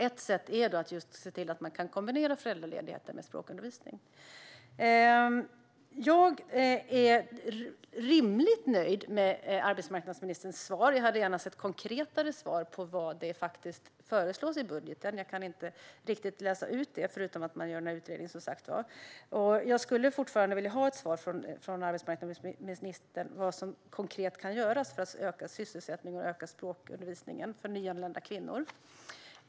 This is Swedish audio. Ett sätt är att just att se till att man kan kombinera föräldraledighet med språkundervisning. Jag är rimligt nöjd med arbetsmarknadsministerns svar. Jag hade gärna fått mer konkreta svar på vad som faktiskt föreslås i budgeten. Jag kan inte riktigt läsa ut det utöver att man gör den här utredningen. Jag skulle fortfarande vilja ha ett svar från arbetsmarknadsministern om vad som konkret kan göras för att öka sysselsättningen och öka språkundervisningen för nyanlända kvinnor.